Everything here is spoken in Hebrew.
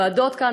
ועדות כאן,